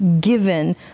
given